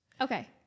okay